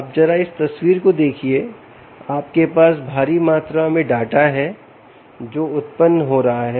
आप जरा इस तस्वीर को देखिए आपके पास भारी मात्रा में डाटा है जो उत्पन्न हो रहा है